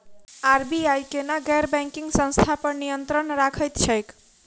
RBI केना गैर banking संस्था पर नियत्रंण राखैत छैक?